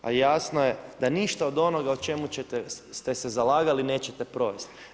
A jasno je da ništa od onoga o čemu ćete, ste se zalagali nećete provesti.